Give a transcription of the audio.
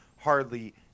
hardly